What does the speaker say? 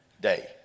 day